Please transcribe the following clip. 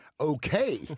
Okay